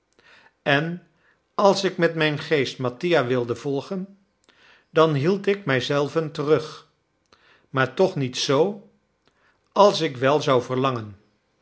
en als ik met mijn geest mattia wilde volgen dan hield ik mij zelven terug maar toch niet z als ik wel zou verlangen